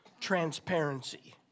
transparency